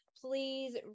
please